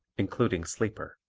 including sleeper.